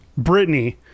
britney